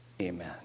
Amen